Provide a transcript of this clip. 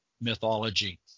mythology